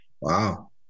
Wow